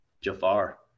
Jafar